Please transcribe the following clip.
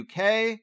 UK